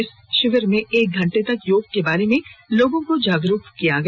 इस शिविर में एक घंटे तक योग के बारे में लोगों को जागरूक किया गया